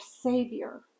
Savior